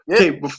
okay